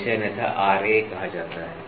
तो इसे अन्यथा कहा जाता है